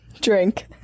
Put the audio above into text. drink